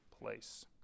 place